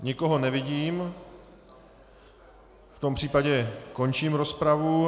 Nikoho nevidím, v tom případě končím rozpravu.